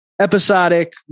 episodic